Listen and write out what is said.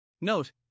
Note